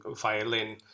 violin